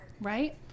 Right